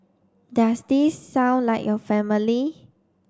does this sound like your family